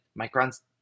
Micron's